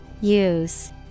Use